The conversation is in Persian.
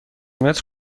متر